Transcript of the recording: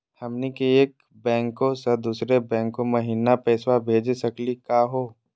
हमनी के एक बैंको स दुसरो बैंको महिना पैसवा भेज सकली का हो?